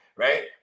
Right